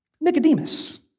Nicodemus